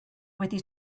wedi